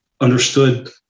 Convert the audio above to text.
understood